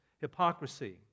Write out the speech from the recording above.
hypocrisy